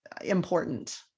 important